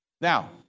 Now